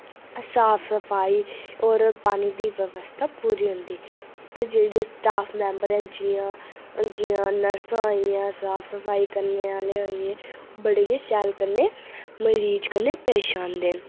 साफ सफाई और पानी दी व्यवस्था पूरी होंदी उत्थै जेह्ड़े स्टाफ मेंबर न जि'यां जि'यां नर्सां होइयां साफ सफाई करने आह्ले होई गे बड़े गै शैल कन्नै मरीज कन्नै पेश आंदे